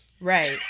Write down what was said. Right